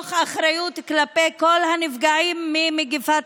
מתוך אחריות כלפי כל הנפגעים ממגפת